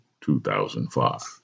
2005